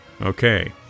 Okay